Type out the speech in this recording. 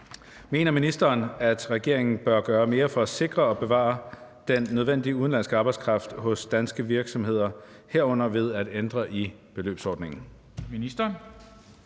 Mener ministeren, at regeringen bør gøre mere for at sikre og bevare den nødvendige udenlandske arbejdskraft hos danske virksomheder herunder ved at ændre i beløbsordningen?